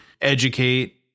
educate